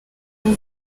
ubu